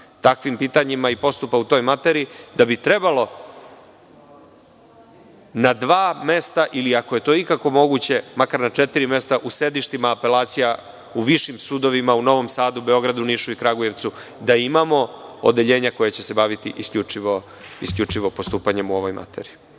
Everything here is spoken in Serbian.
takvim pitanjima i postupa u toj materiji, da bi trebalo na dva mesta, ili ako je to ikako moguće, makar na četiri mesta, u sedištima apelacija, u višim sudovima u Novom Sadu, Beogradu, Nišu i Kragujevcu, da imamo odeljenja koja će se baviti isključivo postupanjem u ovoj materiji.